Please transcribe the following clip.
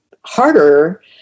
harder